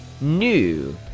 New